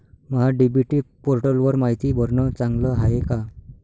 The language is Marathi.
महा डी.बी.टी पोर्टलवर मायती भरनं चांगलं हाये का?